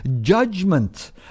judgment